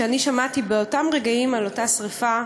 כששמעתי באותם רגעים על אותה שרפה,